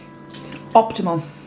Optimal